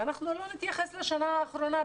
אנחנו לא נתייחס לשנה האחרונה.